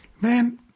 man